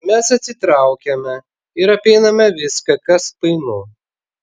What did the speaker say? mes atsitraukiame ir apeiname viską kas painu